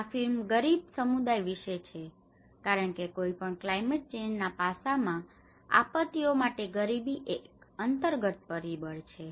તેથીઆ ફિલ્મ ગરીબ સમુદાય વિશે છે કારણ કે કોઈ પણ ક્લાયમેટ ચેન્જ ના પાસામાં આપત્તિઓ માટે ગરીબી એ એક અંતર્ગત પરિબળ છે